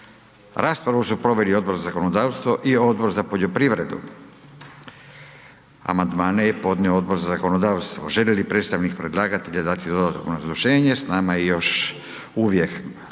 Raspravu su proveli Odbor za zakonodavstvo te Odbor za poljoprivredu. Amandman je podnio Odbor za zakonodavstvo. Želi li predstavnik predlagatelja dati dodatno obrazloženje? Da, poštovana